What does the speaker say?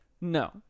No